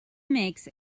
makes